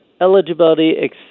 Eligibility